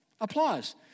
Applause